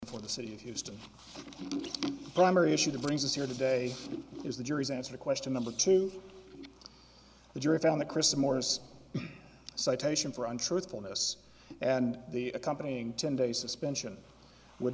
for the city of houston primary issue that brings us here today is the jury's answer question number two the jury found the chris morris citation for untruthfulness and the accompanying ten day suspension would